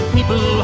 People